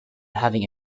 having